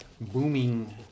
booming